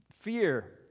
fear